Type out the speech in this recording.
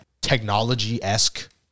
technology-esque